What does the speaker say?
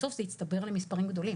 בסוף זה הצטבר למספרים גדולים.